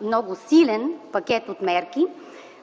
много силен пакет от мерки,